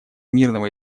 мирного